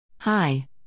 Hi